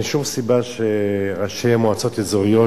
ואין שום סיבה שראשי מועצות אזורית,